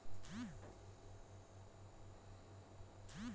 ম্যালা জায়গায় সব পকা মাকড় ধ্যরে চাষ ক্যরে